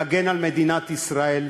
להגן על מדינת ישראל,